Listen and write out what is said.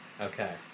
Okay